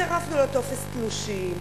צירפנו לטופס תלושים,